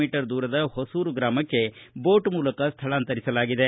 me ದೂರದ ಹೊಸೂರು ಗ್ರಾಮಕ್ಕೆ boat ಮೂಲಕ ಸ್ಥಳಾಂತರಿಸಲಾಗಿದೆ